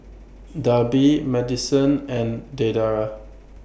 Darby Madyson and Deidra